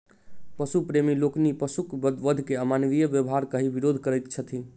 पशु प्रेमी लोकनि पशुक वध के अमानवीय व्यवहार कहि विरोध करैत छथि